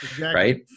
right